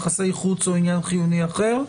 יחסי חוץ או עניין חיוני אחר,